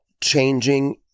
changing